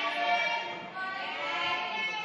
ההסתייגות (110)